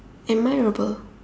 admirable